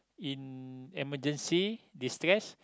in emergency distress